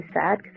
sad